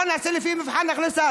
בוא נעשה לפי מבחן הכנסה,